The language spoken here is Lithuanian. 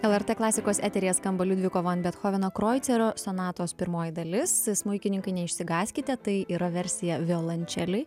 lrt klasikos eteryje skamba liudviko van bethoveno kroicerio sonatos pirmoji dalis smuikininkai neišsigąskite tai yra versija violončelei